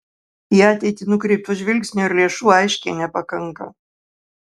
į ateitį nukreipto žvilgsnio ir lėšų aiškiai nepakanka